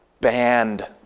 Banned